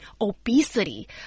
obesity